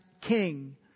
king